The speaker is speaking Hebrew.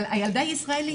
הילדה ישראלית.